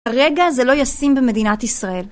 הרגע זה לא ישים במדינת ישראל.